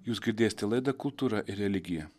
jūs girdėsite laidą kultūra ir religija